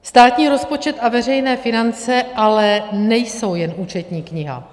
Státní rozpočet a veřejné finance ale nejsou jen účetní kniha.